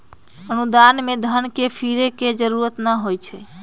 अनुदान में धन के फिरे के जरूरी न होइ छइ